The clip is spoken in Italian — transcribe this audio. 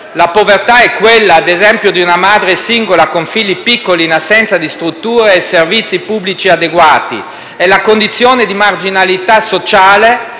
La povertà è quella, ad esempio, di una madre *single*, con figli piccoli, in assenza di strutture e servizi pubblici adeguati. È la condizione di marginalità sociale